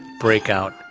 Breakout